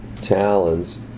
talons